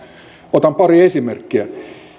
otan pari esimerkkiä